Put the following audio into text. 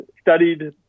studied